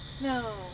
No